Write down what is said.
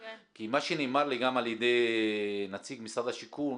כי מה שנאמר לי גם על ידי נציג משרד השיכון,